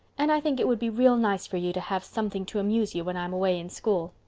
and i think it would be real nice for you to have something to amuse you when i'm away in school.